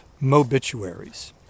mobituaries